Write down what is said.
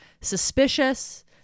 suspicious